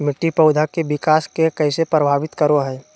मिट्टी पौधा के विकास के कइसे प्रभावित करो हइ?